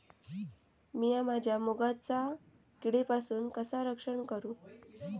मीया माझ्या मुगाचा किडीपासून कसा रक्षण करू?